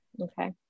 Okay